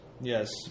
Yes